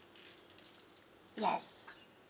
yes